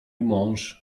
mąż